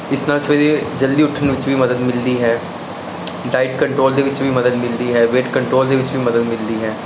ਇਸ ਨਾਲ ਸਵੇਰੇ ਜਲਦੀ ਉੱਠਣ ਵਿੱਚ ਵੀ ਮਦਦ ਮਿਲਦੀ ਹੈ ਡਾਇਟ ਕੰਟਰੋਲ ਦੇ ਵਿੱਚ ਵੀ ਮਦਦ ਮਿਲਦੀ ਹੈ ਵੇਟ ਕੰਟਰੋਲ ਦੇ ਵਿੱਚ ਵੀ ਮਦਦ ਮਿਲਦੀ ਹੈ